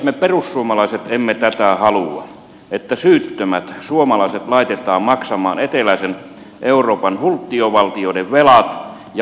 me perussuomalaiset emme tätä halua että syyttömät suomalaiset laitetaan maksamaan eteläisen euroopan hulttiovaltioiden velat ja velaksi eläminen